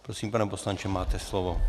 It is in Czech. Prosím, pane poslanče, máte slovo.